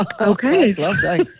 Okay